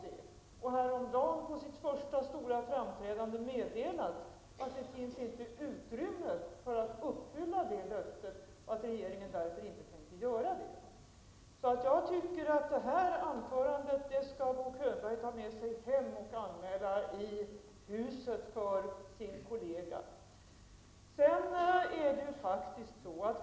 Han meddelade häromdagen vid sitt första stora framträdande att det inte finns utrymme för att uppfylla det löftet och att regeringen därför inte tänker göra det. Jag tycker att Bo Könberg skall ta med sig det här anförandet hem och anmäla det för sin kollega i huset.